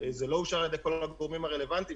לא אושר על ידי כל הגורמים הרלוונטיים,